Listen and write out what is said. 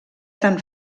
tan